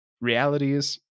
realities